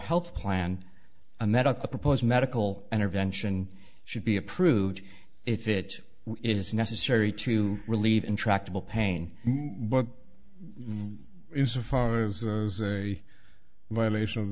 health plan a medical proposed medical intervention should be approved if it is necessary to relieve intractable pain but insofar as a violation of